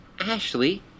Ashley